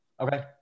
okay